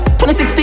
2016